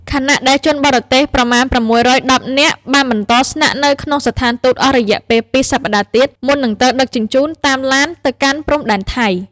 ខណៈដែលជនបរទេសប្រមាណ ៦១០ នាក់បានបន្តស្នាក់នៅក្នុងស្ថានទូតអស់រយៈពេលពីរសប្តាហ៍ទៀត មុននឹងត្រូវដឹកជញ្ជូនតាមឡានទៅកាន់ព្រំដែនថៃ។